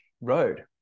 road